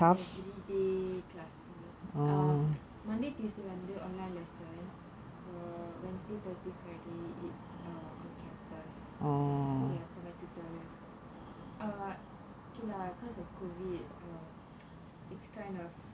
everyday classes uh monday tuesday வந்து:vanthu online lesson அப்புறம்:appuram wednesday thursday friday it's uh on campus ya for my tutorials uh okay lah because of COVID um it's kind of